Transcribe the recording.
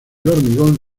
hormigón